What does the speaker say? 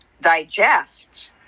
digest